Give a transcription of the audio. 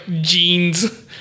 jeans